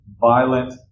violent